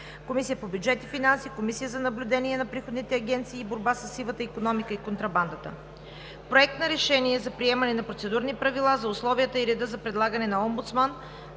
Комисията по бюджет и финанси, Комисията за наблюдение на приходните агенции и борба със сивата икономика и контрабандата. Проект на решение за приемане на процедурни правила за условията и реда за предлагане на омбудсман,